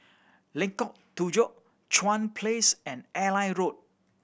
Lengkok Tujoh Chuan Place and Airline Road